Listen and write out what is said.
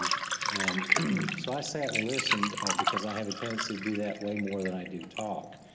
and so i sat and listened because i have a tendency to do that way more than i do talk,